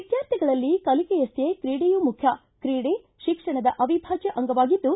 ವಿದ್ಯಾರ್ಥಿಗಳಲ್ಲಿ ಕಲಿಕೆಯಷ್ಷೇ ಕ್ರೀಡೆಯೂ ಮುಖ್ಯ ಕ್ರೀಡೆ ಶಿಕ್ಷಣದ ಅವಿಭಾಜ್ಯ ಅಂಗವಾಗಿದ್ದು